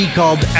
called